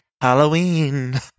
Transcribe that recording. Halloween